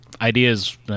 ideas